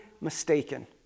mistaken